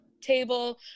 table